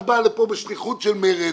את באה לפה בשליחות של מרצ